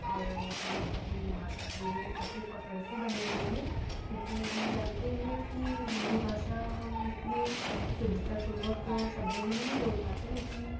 और मुझे अपनी भाषा पे भी काफ़ी पकड़ सी बनी हुई है क्योंकि हम जानते हैं की हिन्दी भाषा हम उतने शुद्धतापूर्वक शब्दों में नहीं बोल पाते लेकिन